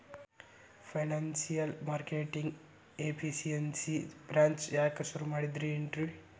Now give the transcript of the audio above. Financial marketing efficiency branch ಯಾಕ್ ಶುರು ಮಾಡಿದ್ರು?